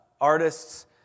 artists